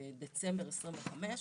דצמבר 2025,